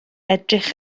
edrych